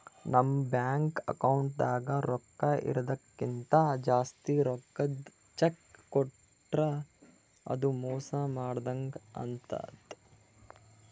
ನಮ್ ಬ್ಯಾಂಕ್ ಅಕೌಂಟ್ದಾಗ್ ರೊಕ್ಕಾ ಇರದಕ್ಕಿಂತ್ ಜಾಸ್ತಿ ರೊಕ್ಕದ್ ಚೆಕ್ಕ್ ಕೊಟ್ರ್ ಅದು ಮೋಸ ಮಾಡದಂಗ್ ಆತದ್